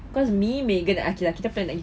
cause me megan aqil kita plan lagi